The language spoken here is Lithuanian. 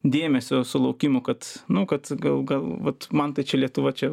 dėmesio sulaukimo kad nu kad gal gal vat man tai čia lietuva čia